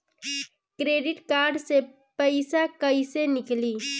Credit card से पईसा केइसे निकली?